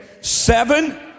seven